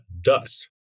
dust